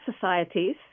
societies